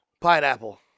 Pineapple